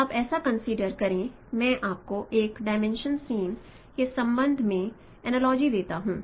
आप ऐसा कंसीडर करें मैं आपको एक डिमेंशन सीन के संबंध में एक अनालॉजी देता हूं